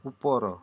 ଉପର